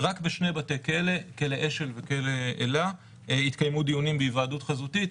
רק בשני בתי כלא כלא אשל וכלא אלה התקיימו דיונים בהיוועדות חזותית,